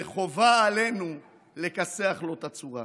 וחובה עלינו לכסח לו את הצורה.